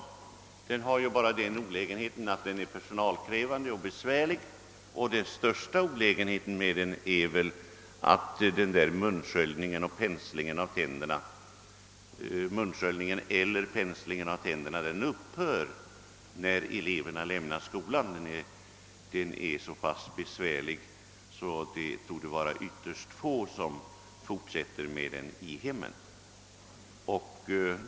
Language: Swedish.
Metoden har bara den olägenheten att den är personalkrävande och besvärlig. Den största nackdelen är dessutom den att munsköljningen eller penslingen av tänder upphör när eleverna lämnar skolan. Metoden är så pass besvärlig att det torde vara ytterst få som fortsätter i hemmen.